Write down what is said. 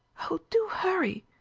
oh, do hurry!